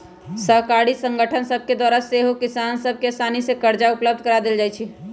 सहकारी संगठन सभके द्वारा सेहो किसान सभ के असानी से करजा उपलब्ध करा देल जाइ छइ